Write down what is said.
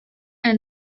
and